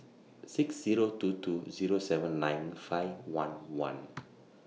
six Zero two two Zero seven nine five one one